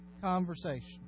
conversation